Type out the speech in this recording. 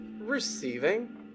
receiving